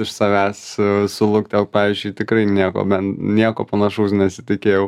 iš savęs su luktelk pavyzdžiui tikrai nieko ben nieko panašaus nesitikėjau